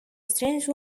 strange